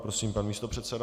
Prosím, pan místopředseda.